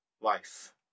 life